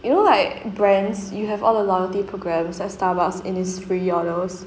you know like brands you have all the loyalty programs like starbucks innisfree all those